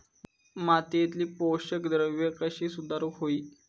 मातीयेतली पोषकद्रव्या कशी सुधारुक होई?